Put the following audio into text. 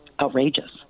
outrageous